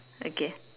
okay